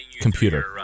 computer